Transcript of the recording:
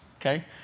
Okay